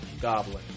Goblin